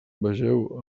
vegeu